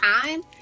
time